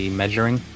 measuring